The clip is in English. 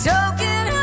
Token